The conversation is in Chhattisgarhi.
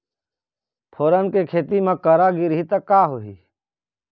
फोरन के खेती म करा गिरही त का होही?